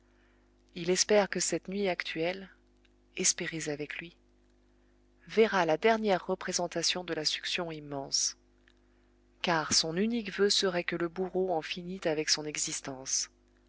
il espère que cette nuit actuelle espérez avec lui verra la dernière représentation de la succion immense car son unique voeu serait que le bourreau en finit avec son existence